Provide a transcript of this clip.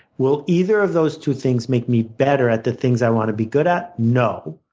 will either of those two things make me better at the things i want to be good at? no.